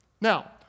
Now